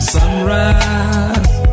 Sunrise